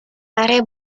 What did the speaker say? aree